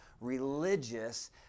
religious